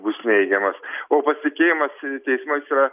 bus neigiamas o pasitikėjimas teismais yra